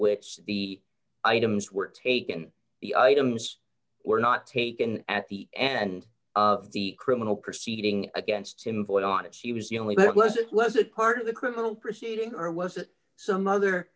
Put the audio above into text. which the items were taken the items were not taken at the and of the criminal proceeding against him void on it she was the only that was it was it part of the criminal proceeding or was it some other